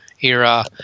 era